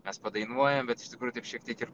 mes padainuojam bet iš tikrųjų taip šiek tiek ir